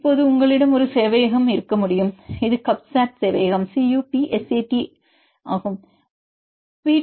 இப்போது உங்களிடம் ஒரு சேவையகம் இருக்க முடியும் இது CUPSAT சேவையகம் c u p s a t ஆம் பார்க்க பி